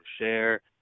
share